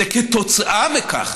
זה כתוצאה מכך